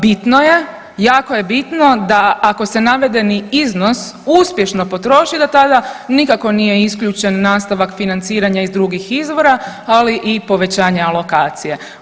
Bitno je, jako je bitno da ako se navedeni iznos uspješno potroši da tada nikako nije isključen nastavak financiranja iz drugih izvora, ali i povećanja alokacije.